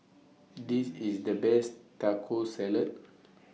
This IS The Best Taco Salad